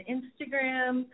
Instagram